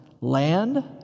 Land